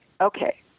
okay